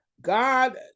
God